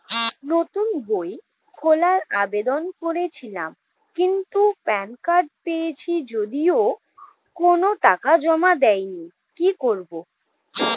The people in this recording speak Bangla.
নতুন বই খোলার আবেদন করেছিলাম কিন্তু প্যান কার্ড পেয়েছি যদিও কোনো টাকা জমা দিইনি কি করব?